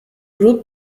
group